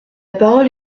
parole